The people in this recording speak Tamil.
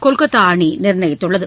கொல்கத்தா அணி நிர்ணயித்துள்ளது